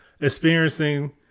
experiencing